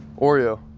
Oreo